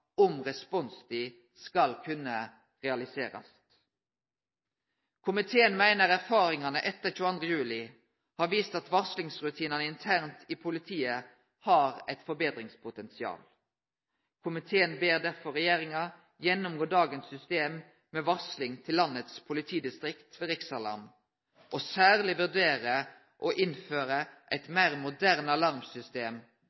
om responstid skal kunne realiserast. Komiteen meiner erfaringane etter 22. juli har vist at varslingsrutinane internt i politiet har eit forbetringspotensial. Komiteen ber derfor regjeringa gjennomgå dagens system med varsling til landets politidistrikt ved riksalarm og særleg vurdere å innføre eit